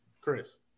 Chris